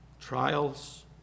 Trials